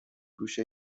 پوش